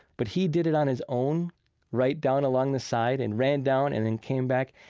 but he did it on his own right down along the side, and ran down and then came back,